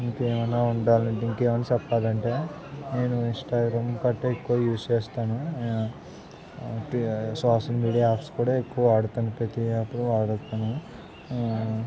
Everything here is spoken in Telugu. ఇంకా ఏమన్నా ఉండాలి అంటే ఇంకా ఏమన్నా చెప్పాలి అంటే నేను ఇన్స్టాగ్రామ్ కట్టే ఎక్కువ యూస్ చేస్తాను సోషల్ మీడియా యాప్స్ కూడా ఎక్కువ వాడుతాను ప్రతి యాప్లు వాడుతాను